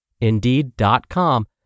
Indeed.com